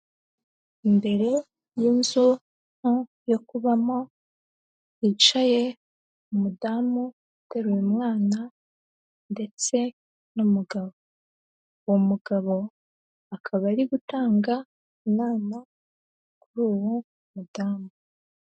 Imbere y'inzu nto yo kubamo hicaye umudamu uteruye umwana ndetse n'umugabo, uwo mugabo akaba ari gutanga inama kuri uwo mudamu.